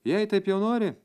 jei taip jau nori